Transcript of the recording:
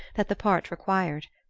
that the part required.